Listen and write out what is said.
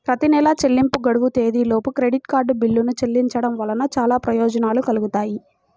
ప్రతి నెలా చెల్లింపు గడువు తేదీలోపు క్రెడిట్ కార్డ్ బిల్లులను చెల్లించడం వలన చాలా ప్రయోజనాలు కలుగుతాయి